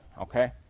okay